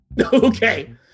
Okay